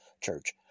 church